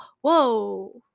whoa